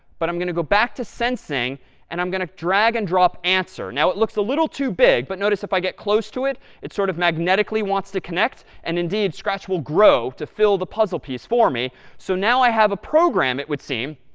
but i'm going to go back to sensing and i'm going to drag and drop answer. now it looks a little too big, but notice if i get close to it, it sort of magnetically wants to connect. and indeed, scratch will grow to fill the puzzle piece for me. me. so now i have a program, it would seem,